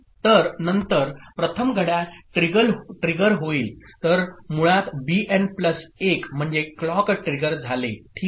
तर नंतर प्रथम घड्याळ ट्रिगर होईल तर मुळात बीएन प्लस 1 म्हणजे क्लॉक ट्रिगर झाले ठीक आहे